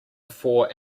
before